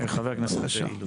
חברת הכנסת אילוז.